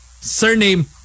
surname